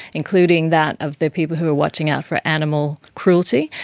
including that of the people who were watching out for animal cruelty.